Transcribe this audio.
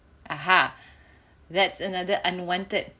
that's another unwanted